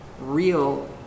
real